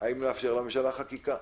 - האם לאפשר לממשלה חקיקה?